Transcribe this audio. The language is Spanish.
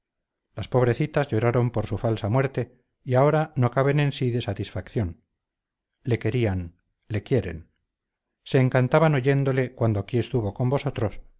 las pobrecitas lloraron por su falsa muerte y ahora no caben en sí de satisfacción le querían le quieren se encantaban oyéndole cuando aquí estuvo con vosotros